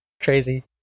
Crazy